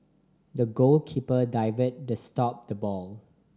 the goalkeeper dived to stop the ball